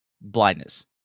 blindness